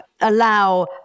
allow